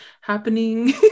happening